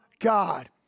God